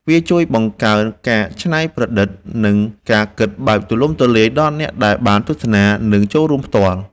វាជួយបង្កើនការច្នៃប្រឌិត និងការគិតបែបទូលំទូលាយដល់អ្នកដែលបានទស្សនា និងចូលរួមផ្ទាល់។